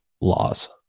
laws